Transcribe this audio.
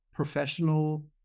professional